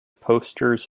posters